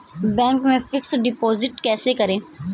Bank में fix deposit कैसे करें?